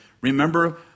Remember